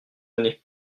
année